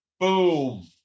Boom